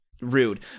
rude